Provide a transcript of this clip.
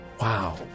Wow